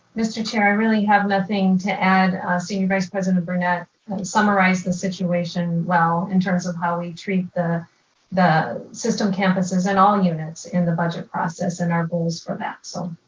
mr. chair, i really have nothing to add. senior vice president burnett summarized the situation well in terms of how we treat the the system campuses and all units in the budget process and our goals for that. so